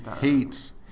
hates